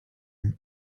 and